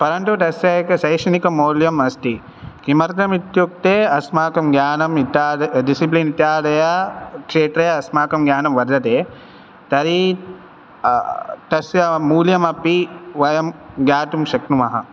परन्टु तस्य एक सैक्षणिकमौल्यम् अस्ति किमर्थमित्युक्ते अस्माकं ज्ञानम् इत्या डिसिप्लिन् इत्यादयाः क्षेत्रे अस्माकं ज्ञानं वर्धदे तर्हि तस्य मूल्यमपि वयं ज्ञातुं शक्नुमः